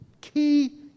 Key